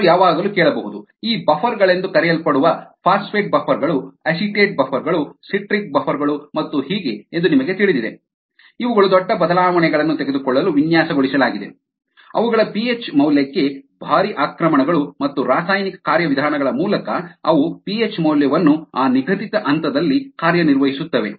ಒಬ್ಬರು ಯಾವಾಗಲೂ ಕೇಳಬಹುದು ಈ ಬಫರ್ ಗಳೆಂದು ಕರೆಯಲ್ಪಡುವ ಫಾಸ್ಫೇಟ್ ಬಫರ್ ಗಳು ಅಸಿಟೇಟ್ ಬಫರ್ ಗಳು ಸಿಟ್ರಿಕ್ ಬಫರ್ ಗಳು ಮತ್ತು ಹೀಗೆ ಎಂದು ನಿಮಗೆ ತಿಳಿದಿದೆ ಇವುಗಳು ದೊಡ್ಡ ಬದಲಾವಣೆಗಳನ್ನು ತಡೆದುಕೊಳ್ಳಲು ವಿನ್ಯಾಸಗೊಳಿಸಲಾಗಿದೆ ಅವುಗಳ ಪಿಹೆಚ್ ಮೌಲ್ಯಕ್ಕೆ ಭಾರಿ ಆಕ್ರಮಣಗಳು ಮತ್ತು ರಾಸಾಯನಿಕ ಕಾರ್ಯವಿಧಾನಗಳ ಮೂಲಕ ಅವು ಪಿಹೆಚ್ ಮೌಲ್ಯವನ್ನು ಆ ನಿಗದಿತ ಹಂತದಲ್ಲಿ ನಿರ್ವಹಿಸುತ್ತವೆ